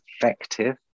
effective